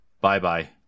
bye-bye